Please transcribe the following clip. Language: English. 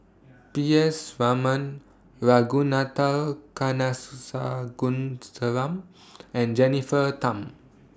P S Raman Ragunathar and Jennifer Tham